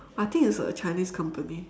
I think it's a chinese company